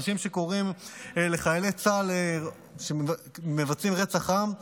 אנשים שקוראים לחיילי צה"ל מבצעי רצח עם,